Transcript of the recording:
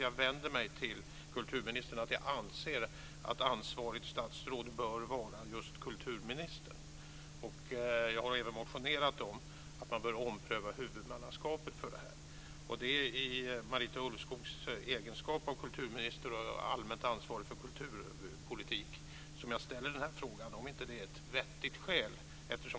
Jag vänder mig till kulturministern just därför att jag anser att ansvarigt statsråd bör vara just kulturministern. Jag har även motionerat om att huvudmannaskapet för detta bör omprövas. Det är i Marita Ulvskogs egenskap av kulturminister och allmänt ansvarig för kulturpolitiken som jag ställer frågan om inte detta är ett vettigt skäl.